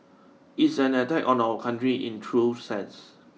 it's an attack on our country in true sense